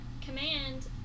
Command